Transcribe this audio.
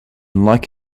unlike